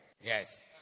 Yes